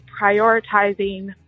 prioritizing